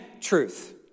truth